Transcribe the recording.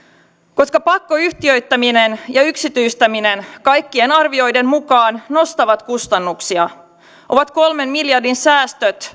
koska pakkoyhtiöittäminen ja yksityistäminen kaikkien arvioiden mukaan nostavat kustannuksia ovat kolmen miljardin säästöt